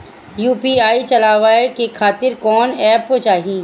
UPI चलवाए के खातिर कौन एप चाहीं?